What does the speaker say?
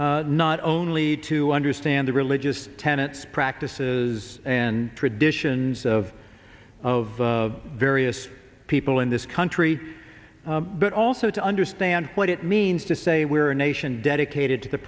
moment not only to understand the religious tenets practices and traditions of of various people in this country but also to understand what it means to say we are a nation dedicated to the